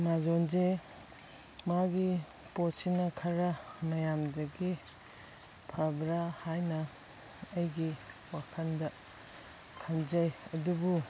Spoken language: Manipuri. ꯑꯥꯃꯥꯖꯣꯟꯁꯦ ꯃꯥꯒꯤ ꯄꯣꯠꯁꯤꯅ ꯈꯔ ꯃꯌꯥꯝꯗꯒꯤ ꯐꯕ꯭ꯔꯥ ꯍꯥꯏꯅ ꯑꯩꯒꯤ ꯋꯥꯈꯟꯗ ꯈꯟꯖꯩ ꯑꯗꯨꯕꯨ